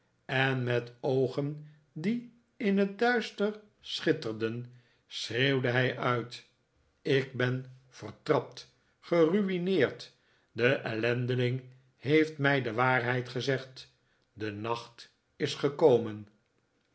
en met oogen die in het duister schitterden schreeuwde hij uit ik ben vertrapt en gerui'neerd de ellendeling heeft mij de waarheid gezegd de nacht is gekomen